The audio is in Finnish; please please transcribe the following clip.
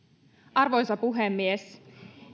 arvoisa puhemies